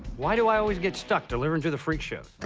why do i always get stuck delivering to the freak shows?